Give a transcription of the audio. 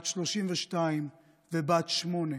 בת 32 ובת שמונה.